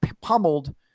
pummeled